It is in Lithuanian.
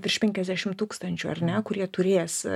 virš penkiasdešimt tūkstančių ar ne kurie turės